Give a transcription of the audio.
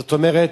זאת אומרת,